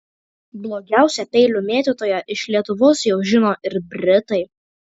blogiausią peilių mėtytoją iš lietuvos jau žino ir britai